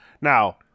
now